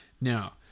Now